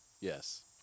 Yes